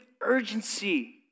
urgency